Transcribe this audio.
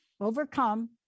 Overcome